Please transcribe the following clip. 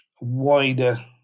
wider